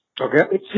Okay